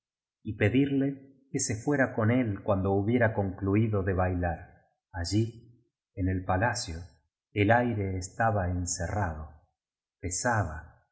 y pedirla que se fuera con él cuando hubiera concluido de bailar allí en el palacio el aire estaba encerrado pesa